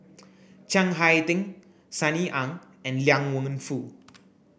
Chiang Hai Ding Sunny Ang and Liang Wenfu